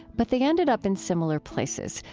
but they ended up in similar places,